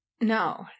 No